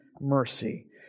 mercy